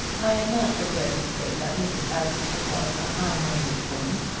i am not prepared to say that mrs. askerton was a high-minded woman.